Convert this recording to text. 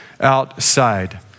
outside